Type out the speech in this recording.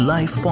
Life